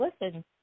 Listen